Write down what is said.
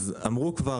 אמרו כבר,